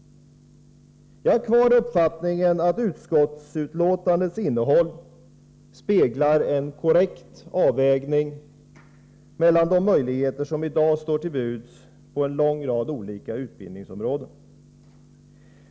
Jag har kvar uppfattningen att utskottsbetänkandets innehåll återspeglar en korrekt avvägning mellan de möjligheter som i dag står till buds på en lång rad olika utbildningsområden.